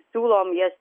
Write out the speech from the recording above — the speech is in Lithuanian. siūlom jas